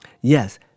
Yes